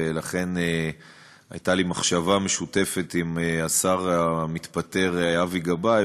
ולכן הייתה לי מחשבה משותפת עם השר המתפטר אבי גבאי,